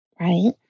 right